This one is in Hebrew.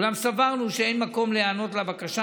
אולם סברנו שאין מקום להיענות לבקשה.